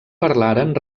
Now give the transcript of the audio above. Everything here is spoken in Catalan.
parlaren